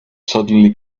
suddenly